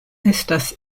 estas